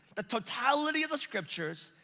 the totality of the scriptures,